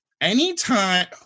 anytime